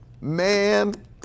man